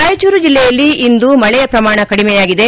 ರಾಯಚೂರು ಜಿಲ್ಲೆಯಲ್ಲಿ ಇಂದು ಮಳೆ ಪ್ರಮಾಣ ಕಡಿಮೆಯಾಗಿದೆ